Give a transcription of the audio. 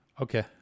Okay